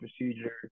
procedure